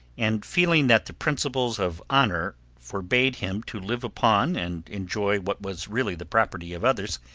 and feeling that the principles of honor forbade him to live upon and enjoy what was really the property of others,